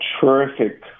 terrific